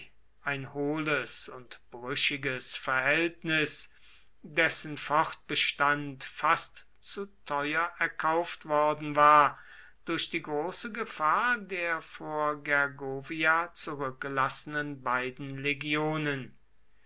ein hohles und brüchiges verhältnis dessen fortbestand fast zu teuer erkauft worden war durch die große gefahr der vor gergovia zurückgelassenen beiden legionen